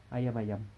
ayam ayam